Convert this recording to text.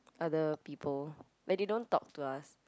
other people like they don't talk to us